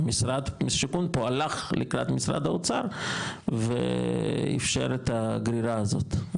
משרד השיכון פה הלך לקראת משרד האוצר ואפשר את הגרירה הזאת.